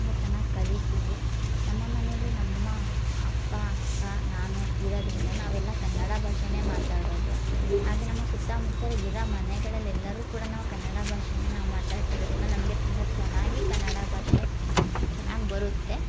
ತುಂಬ ಚೆನ್ನಾಗಿ ಕಲಿತೀವಿ ನಮ್ಮ ಮನೆಯಲ್ಲಿ ನಮ್ಮ ಅಪ್ಪ ಅಕ್ಕ ನಾನು ಇರೋದ್ರಿಂದ ನಾವೆಲ್ಲ ಕನ್ನಡ ಭಾಷೆನೇ ಮಾತಾಡೋದು ಹಾಗೇ ನಮ್ಮ ಸುತ್ತಮುತ್ತ ಇರೋ ಮನೆಗಳಲ್ಲಿ ಎಲ್ಲರೂ ಕೂಡ ನಾವು ಕನ್ನಡ ಭಾಷೆನೇ ನಾವು ಮಾತಾಡೋದರಿಂದ ನಮಗೆ ತುಂಬ ಚೆನ್ನಾಗಿ ಕನ್ನಡ ಭಾಷೆ ಚೆನ್ನಾಗಿ ಬರುತ್ತೆ